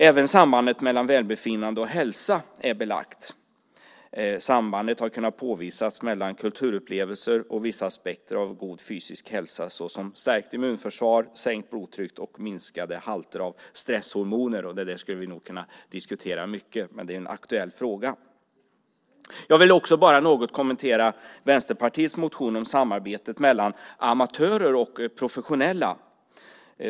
Även sambandet mellan välbefinnande och hälsa är belagt, och samband har kunnat påvisas mellan kulturupplevelser och vissa aspekter av god fysisk hälsa såsom stärkt immunförsvar, sänkt blodtryck och minskade halter av stresshormoner. Det här skulle vi kunna diskutera mycket, och det är en aktuell fråga. Jag vill något kommentera Vänsterpartiets motion om samarbetet mellan amatörer och professionella.